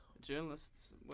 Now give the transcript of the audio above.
journalists